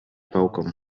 pałką